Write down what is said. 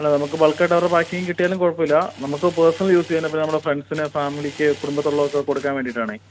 അല്ല നമുക്ക് ബൾക്ക് ആയിട്ട് അവരുടെ പാക്കിംഗ് കിട്ടിയാലും കുഴപ്പമില്ല നമുക്ക് പേഴ്സണൽ യൂസ് ചെയ്യാൻ ഇപ്പോൾ നമ്മളെ ഫ്രണ്ട്സിന് ഫാമിലിക്ക് കുടുംബത്തിലുള്ളവർക്ക് ഒക്കെ കൊടുക്കാൻ വേണ്ടിയിട്ടാണ്